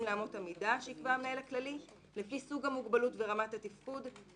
לאמות מידה שיקבע המנהל הכללי לפי סוג המוגבלות ורמת התפקוד".